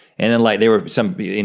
and then like, they were some, you and